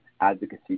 advocacy